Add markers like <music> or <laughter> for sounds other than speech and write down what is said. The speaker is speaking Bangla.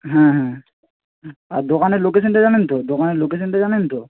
হ্যাঁ হ্যাঁ <unintelligible> আর দোকানের লোকেশানটা জানেন তো দোকানের লোকেশানটা জানেন তো